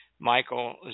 Michael